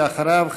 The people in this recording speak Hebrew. ואחריו,